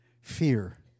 fear